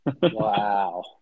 Wow